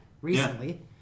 recently